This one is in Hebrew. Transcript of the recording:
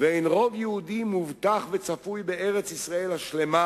ואין רוב יהודי מובטח וצפוי בארץ-ישראל השלמה,